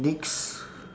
next